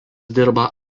dirba